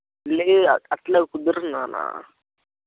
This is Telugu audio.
లేదు అ అట్లా కుదరదు నాన్న